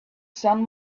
sun